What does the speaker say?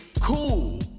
cool